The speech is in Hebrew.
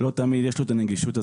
לא תמיד יש לו את הנגישות הזאת.